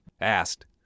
asked